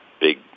big